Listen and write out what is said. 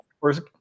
first